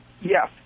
Yes